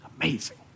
Amazing